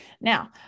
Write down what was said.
Now